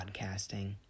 podcasting